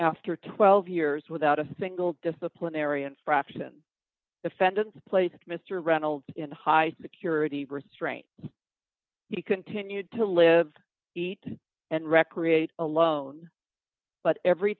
after twelve years without a single disciplinary infraction defendant's place mr reynolds in a high security restraint he continued to live eat and recreate alone but every